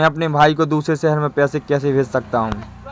मैं अपने भाई को दूसरे शहर से पैसे कैसे भेज सकता हूँ?